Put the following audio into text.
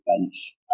bench